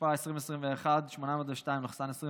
התשפ"א 2021, פ/802/24,